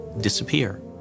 disappear